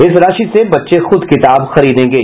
इस राशि से बच्चे खूद किताब खरीदेंगे